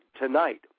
tonight